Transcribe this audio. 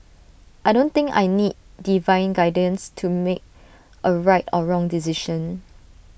I don't think I need divine guidance to make A right or wrong decision